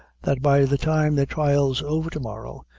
that by the time the trial's over to-morrow,